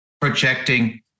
projecting